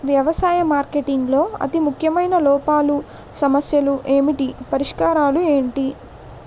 వ్యవసాయ మార్కెటింగ్ లో అతి ముఖ్యమైన లోపాలు సమస్యలు ఏమిటి పరిష్కారాలు ఏంటి?